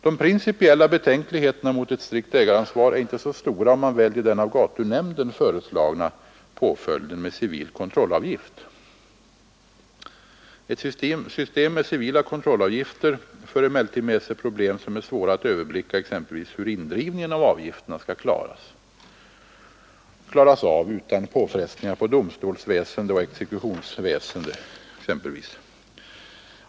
De principiella betänkligheterna mot ett strikt ägaransvar är inte så stora, om man väljer den av gatunämnden föreslagna påföljden med civil kontrollavgift. Ett system med civila kontrollavgifter för emellertid med sig problem som är svåra att överblicka, t.ex. hur indrivningen av avgifterna skall klaras av utan påfrestningar på domstolsväsende och exekutionsväsende.